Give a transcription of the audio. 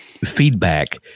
feedback